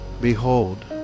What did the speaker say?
Behold